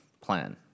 plan